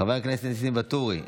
חבר הכנסת ניסים ואטורי,